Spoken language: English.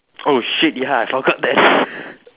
oh shit ya I forgot that